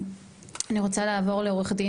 רותם